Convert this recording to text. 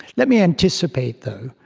let me anticipate, though,